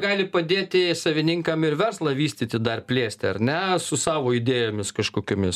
gali padėti savininkam ir verslą vystyti dar plėsti ar ne su savo idėjomis kažkokiomis